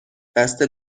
بسته